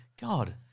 God